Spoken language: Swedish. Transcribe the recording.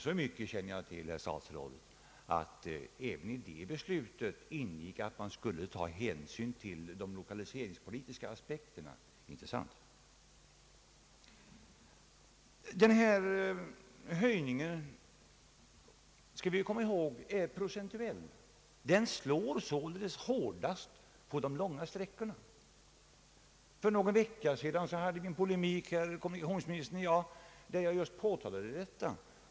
Så mycket känner jag emellertid till, herr statsråd, att även i detta beslut ingick att man skulle ta hänsyn till de lokaliseringspolitiska aspekterna, inte sant? När det gäller den nu aktuella höjningen bör vi komma ihåg att den är procentuell. Den slår således hårdast på de långa sträckorna. För någon vecka sedan polemiserade kommunikationsministern och jag mot varandra då jag påtalade detta.